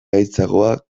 gaitzagoa